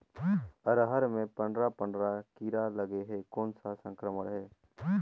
अरहर मे पंडरा पंडरा कीरा लगे हे कौन सा संक्रमण हे?